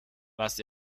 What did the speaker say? was